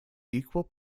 equal